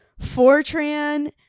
Fortran